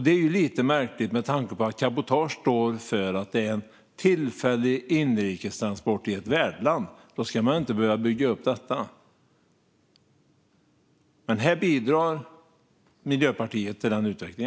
Det är lite märkligt med tanke på att cabotage innebär att det ska vara en tillfällig inrikestransport i ett värdland. Då ska man ju inte behöva bygga upp detta. Miljöpartiet bidrar till denna utveckling.